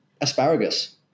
asparagus